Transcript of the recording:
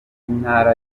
intara